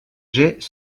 jets